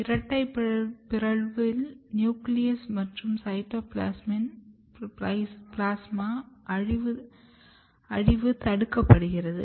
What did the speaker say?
இரட்டை பிறழ்வில் நியூக்ளியஸ் மற்றும் சைட்டோபிளாஸமின் அழிவு தடுக்கப்படுகிறது